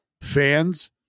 fans